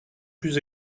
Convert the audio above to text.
plus